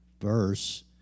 verse